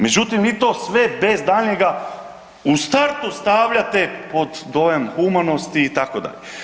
Međutim, vi to sve bez daljnjega u startu stavljate pod dojam humanosti itd.